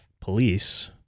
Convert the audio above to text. police